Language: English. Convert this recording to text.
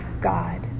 God